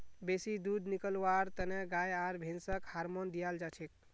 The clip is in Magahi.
बेसी दूध निकलव्वार तने गाय आर भैंसक हार्मोन दियाल जाछेक